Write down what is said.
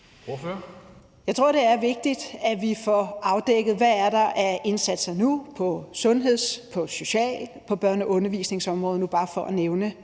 Jeg tror, det er vigtigt, at vi får afdækket, hvad der er af indsatser nu på sundheds-, på social- og på børne- og undervisningsområdet